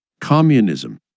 Communism